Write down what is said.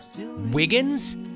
Wiggins